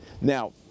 Now